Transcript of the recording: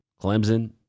Clemson